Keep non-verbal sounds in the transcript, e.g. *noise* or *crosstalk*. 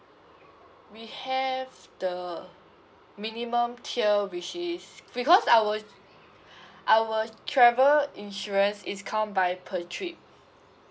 we have the minimum tier which is because our *breath* our travel insurance is count by per trip